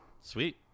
sweet